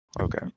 okay